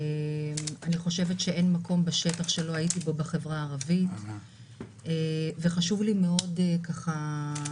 אין מקום בשטח שלא הייתי בו בחברה הערבית וחשוב לי מאוד לברך